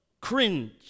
cringe